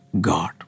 God